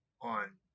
on